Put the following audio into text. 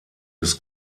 des